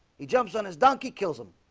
he jumps on his donkey kills him